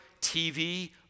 TV